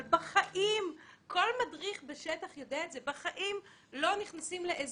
אבל כל מדריך בשטח יודע את זה שבחיים לא נכנסים לאזור